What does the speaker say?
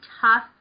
tough